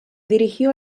dirigió